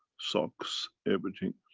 socks, everything.